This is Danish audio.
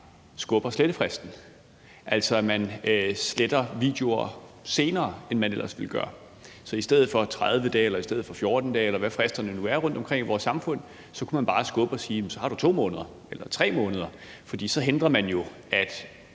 skubber slettefristen, altså at man sletter videoer senere, end man ellers ville gøre. Så i stedet for 30 dage eller 14 dage, eller hvad fristerne nu er rundt omkring i vores samfund, kunne man bare skubbe dem og sige, at slettefristen er 2 måneder eller 3 måneder, for så hindrer man jo, at